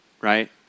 right